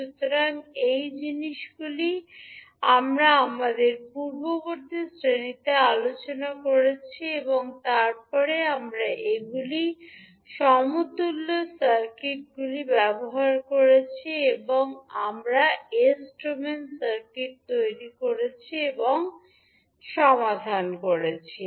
সুতরাং এই জিনিসগুলি আমরা আমাদের পূর্ববর্তী শ্রেণিতে আলোচনা করেছি এবং তারপরে আমরা এগুলি সমতুল্য সার্কিটগুলি ব্যবহার করেছি এবং আমরা এস ডোমেনে সার্কিট তৈরি করেছি এবং এটি সমাধান করেছি